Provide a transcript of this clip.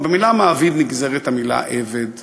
אבל מהמילה מעביד נגזרת המילה עבד.